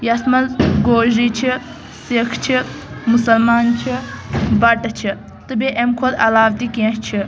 یتھ مَنٛز گوجری چھِ سِکھ چھِ مُسلمان چھِ بَٹہٕ چھِ تہٕ بیٚیہِ اَمہِ کھۄتہ عَلاو تہ کیٚنٛہہ چھِ